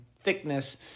thickness